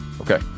Okay